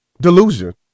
Delusion